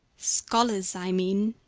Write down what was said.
scholars i mean,